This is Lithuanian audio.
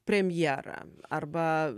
premjerą arba